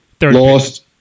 Lost